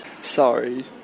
Sorry